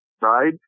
right